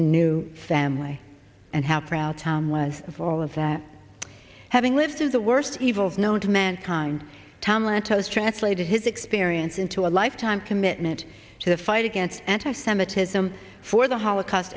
a new family and how proud tom was of all of that having lived through the worst evil known to mankind tom lantos translated his experience into a lifetime commitment to the fight against anti semitism for the holocaust